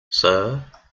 sir